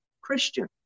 Christian